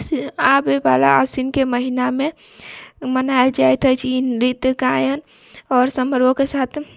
से आबैवला आसिनके महिनामे मनायल जाइत अछि ई नृत्य गायन आओर समरोके साथ